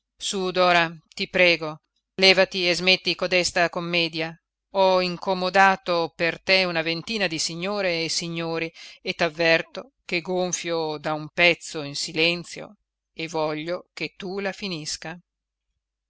su dora ti prego levati e smetti codesta commedia ho incomodato per te una ventina di signore e signori e t'avverto che gonfio da un pezzo in silenzio e voglio che tu la finisca